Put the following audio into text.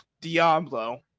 Diablo